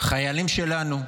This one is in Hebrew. החיילים שלנו,